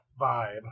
vibe